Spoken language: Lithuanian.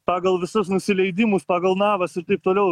pagal visus nusileidimus pagal navas ir taip toliau